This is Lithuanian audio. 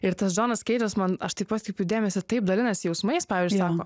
ir tas džonas keidžas man aš taip atkreipiau dėmesį taip dalinasi jausmais pavyzdžiui sako